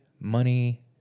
money